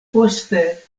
poste